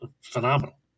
phenomenal